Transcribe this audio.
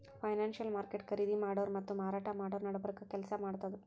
financial market ಖರೀದಿ ಮಾಡೋರ್ ಮತ್ತ್ ಮಾರಾಟ್ ಮಾಡೋರ್ ನಡಬರ್ಕ್ ಕೆಲ್ಸ್ ಮಾಡ್ತದ್